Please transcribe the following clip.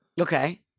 Okay